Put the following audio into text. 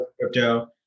Crypto